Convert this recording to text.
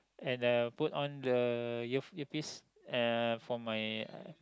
and I put on the ear earpiece uh for my